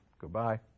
goodbye